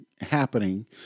happening